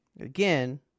Again